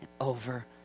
over